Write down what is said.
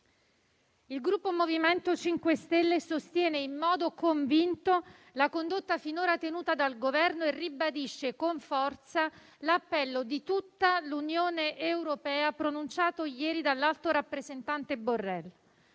Il Gruppo MoVimento 5 Stelle sostiene in modo convinto la condotta finora tenuta dal Governo e ribadisce con forza l'appello di tutta l'Unione europea, pronunciato ieri dall'alto rappresentante Borrell.